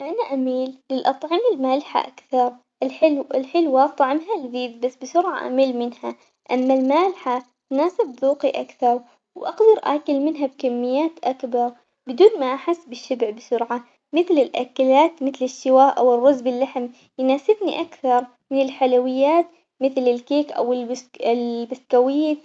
أنا أميل للأطعمة المالحة أكثر الحلو الحلوة طعمها لذيذ بس بسرعة أمل منها، أما المالحة تناسب ذوقي أكثر وأقدر آكل منها بكمية أكبر بدون ما أحس بالشبع بسرعة، مثل الأكلات مثل الشواه أو الرز باللحم يناسبني أكثر من الحلويات مثل الكيك أو البس- البسكويت.